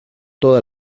toda